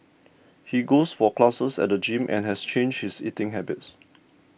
he goes for classes at the gym and has changed his eating habits